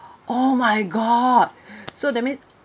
oh my god so that means